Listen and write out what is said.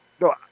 no